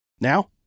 Now